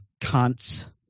cunts